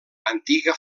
antiga